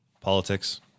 politics